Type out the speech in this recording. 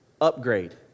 upgrade